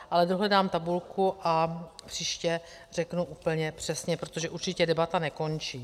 Ale dohledám tabulku a příště řeknu úplně přesně, protože určitě debata nekončí.